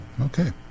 Okay